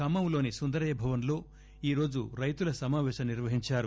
ఖమ్మంలోని సుందరయ్య భవన్ లో ఈ రోజు రైతుల సమాపేశం నిర్వహించారు